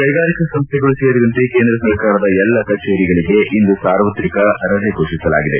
ಕ್ಟೆಗಾರಿಕಾ ಸಂಸ್ಥೆಗಳೂ ಸೇರಿದಂತೆ ಕೇಂದ್ರ ಸರ್ಕಾರದ ಎಲ್ಲಾ ಕಚೇರಿಗಳಗೆ ಇಂದು ಸಾರ್ವಜನಿಕ ರಜೆ ಫೋಷಿಸಲಾಗಿದೆ